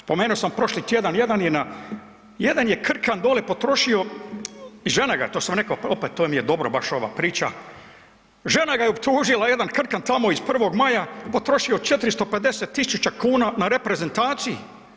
Spomenuo sam prošli tjedan, jedan je na, jedan je krkan dolje potrošio, žena ga je, to sam rekao, to vam je dobra baš ova priča, žena ga je optužila, jedan krkan tamo iz Prvog maja, potrošio 450 tisuća kuna na reprezentaciji.